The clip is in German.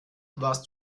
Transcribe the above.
warst